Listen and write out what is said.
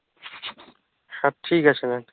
sir ঠিক আছে হ্যাঁ